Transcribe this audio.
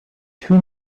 too